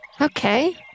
Okay